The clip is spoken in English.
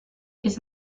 his